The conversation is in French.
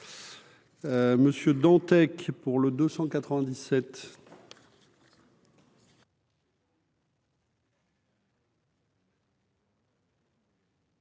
Monsieur Dantec pour le 297.